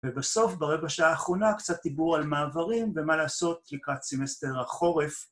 ובסוף, ברבע שעה האחרונה, קצת דיבור על מעברים ומה לעשות לקראת סימסטר החורף.